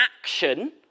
action